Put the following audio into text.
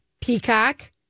Peacock